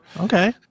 Okay